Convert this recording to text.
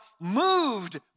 moved